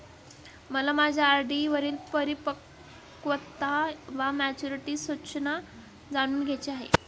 मला माझ्या आर.डी वरील परिपक्वता वा मॅच्युरिटी सूचना जाणून घ्यायची आहे